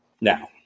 Now